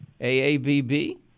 AABB